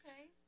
Okay